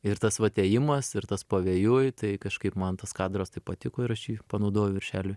ir tas vat ėjimas ir tas pavėjui tai kažkaip man tas kadras taip patiko ir aš jį panaudojau viršeliui